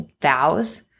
vows